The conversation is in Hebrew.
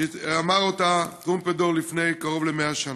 שאמר אותה טרומפלדור לפני קרוב ל-100 שנה.